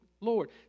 Lord